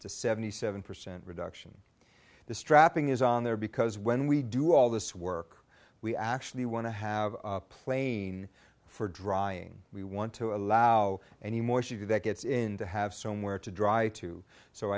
to seventy seven percent reduction in the strapping is on there because when we do all this work we actually want to have a plane for drying we want to allow any moisture that gets in to have somewhere to dry to so